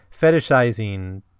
fetishizing